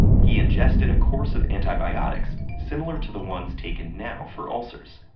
he ingested a course of antibiotics similar to the ones taken now for ulcers.